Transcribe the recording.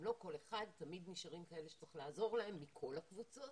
לא כל אחד כי תמיד נשארים כאלה שצריך לעזור להם מכל הקבוצות,